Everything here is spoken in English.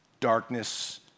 darkness